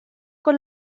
con